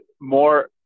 more